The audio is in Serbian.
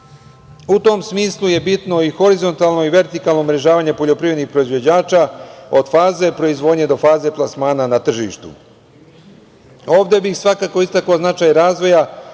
U tom smislu je bitno i horizontalno i vertikalno umrežavanje poljoprivrednih proizvođača, od faze proizvodnje do faze plasmana na tržištu. Ovde bih svakako istakao značaj razvoja